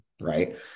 right